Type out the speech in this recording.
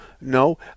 no